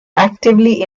actively